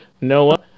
Noah